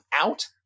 out